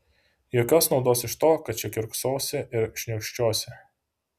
jokios naudos iš to kad čia kiurksosi ir šniurkščiosi